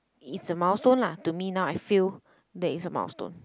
is a milestone lah to me now I feel that is a milestone